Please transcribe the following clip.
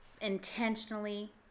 intentionally